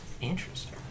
Interesting